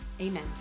Amen